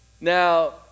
Now